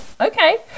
Okay